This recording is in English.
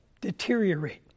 deteriorate